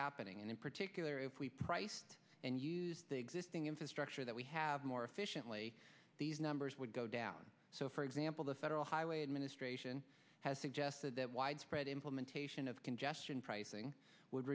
happening and in particular if we priced and use the existing infrastructure that we have more efficiently these numbers would go down so for example the federal highway administration has suggested that widespread implementation of congestion pricing would